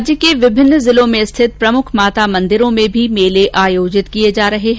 राज्य के विभिन्न जिलों में स्थित प्रमुख माता मंदिरों में भी मेले आयोजित किये जा रहे है